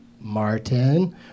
Martin